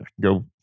go